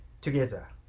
together